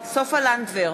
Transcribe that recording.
סופה לנדבר,